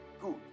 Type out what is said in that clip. Good